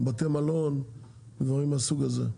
בתי מלון ודברים מהסוג הזה?